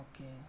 Okay